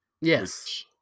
Yes